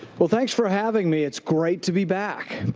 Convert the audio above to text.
well, thanks for having me. it's great to be back.